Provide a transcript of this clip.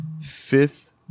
fifth